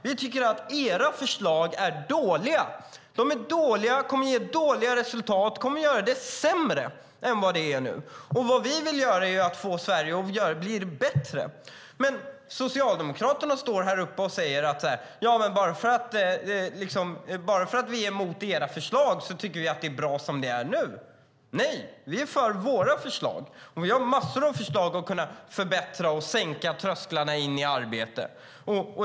Vi tycker att era förslag är dåliga. De är dåliga, de kommer att ge dåliga resultat och de kommer att göra det sämre än det är nu. Vad vi vill göra är att få Sverige att bli bättre. Men Socialdemokraterna står här och säger: Bara för att ni är emot våra förslag tycker ni att det är bra som det är nu. Nej, vi är för våra förslag! Vi har massor av förslag för att kunna förbättra och sänka trösklarna in i arbete.